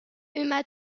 uma